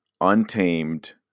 untamed